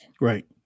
Right